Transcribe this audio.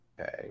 Okay